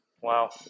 Wow